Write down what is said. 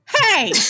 Hey